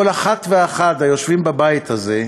כל אחת ואחד היושבים בבית הזה,